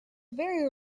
very